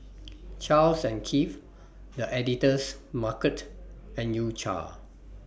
Charles and Keith The Editor's Market and U Cha